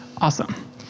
Awesome